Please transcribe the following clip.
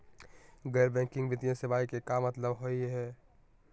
गैर बैंकिंग वित्तीय सेवाएं के का मतलब होई हे?